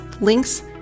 links